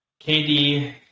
KD